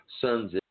Sons